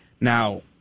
Now